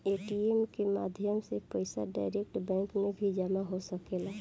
ATM के माध्यम से पईसा डायरेक्ट बैंक में भी जामा हो सकेला